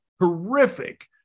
horrific –